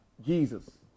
Jesus